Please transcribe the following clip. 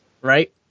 Right